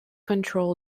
control